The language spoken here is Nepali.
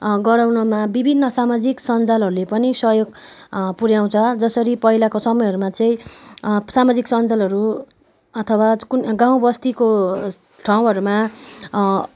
गराउनमा विभिन्न समाजिक सञ्जालहरूले पनि सहयोग पुऱ्याउँछ जसरी पहिलाको समयहरूमा चाहिँ समाजिक सञ्जालहरू अथवा गाउँ बस्तीको ठाउँहरूमा